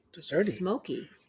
smoky